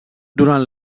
durant